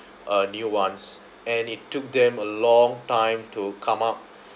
uh new ones and it took them a long time to come up